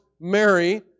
Mary